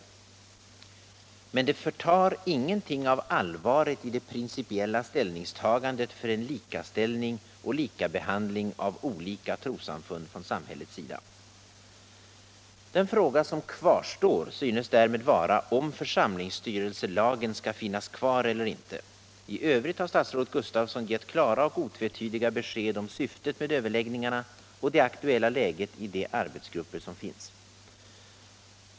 Men det förtar ingenting av allvaret i det principiella ställningstagandet för en likaställning och likabehandling av olika trossamfund från samhällets sida. Den fråga som kvarstår synes därmed vara om församlingsstyrelselagen skall finnas kvar eller inte. I övrigt har statsrådet Gustafsson gett klara och otvetydiga besked om syftet med överläggningarna och det aktuella läget i de arbetsgrupper som finns.